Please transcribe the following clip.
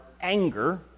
anger